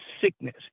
sickness